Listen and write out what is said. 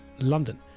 London